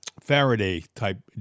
Faraday-type